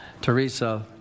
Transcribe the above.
Teresa